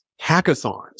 hackathons